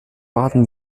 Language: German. warten